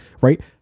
right